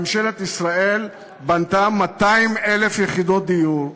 ממשלת ישראל בנתה 200,000 יחידות דיור.